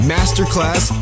Masterclass